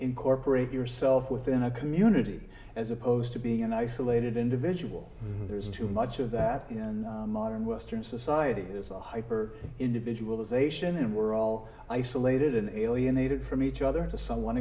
incorporate yourself within a community as opposed to being an isolated individual there's too much of that in modern western society there's a hyper individualisation and we're all isolated and alienated from each other to some one